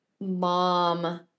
mom